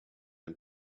and